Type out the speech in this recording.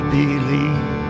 believe